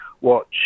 watch